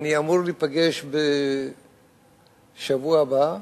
ואני אמור להיפגש בשבוע הבא,